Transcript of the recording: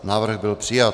Návrh byl přijat.